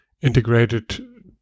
integrated